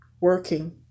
working